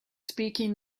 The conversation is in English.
speaking